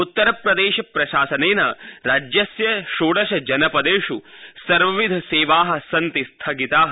उत्तरप्रदेशप्रशासनेन राज्यस्य षोडशजनपदेस् सर्वविधसेवाः सन्ति स्थगिताः